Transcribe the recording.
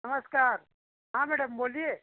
नमस्कार हाँ मैडम बोलिए